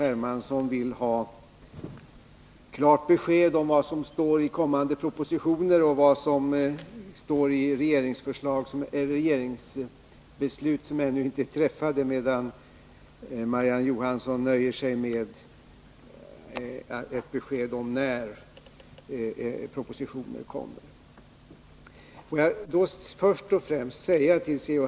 Hermansson vill ha klart besked om vad som står i kommande propositioner och i regeringsbeslut som ännu inte är fattade, medan Marie-Ann Johansson nöjer sig med ett besked om när propositionen kommer. Låt mig då först och främst säga till C.-H.